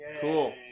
Cool